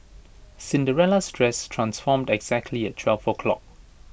Cinderella's dress transformed exactly at twelve o'clock